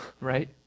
right